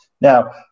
Now